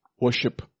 Worship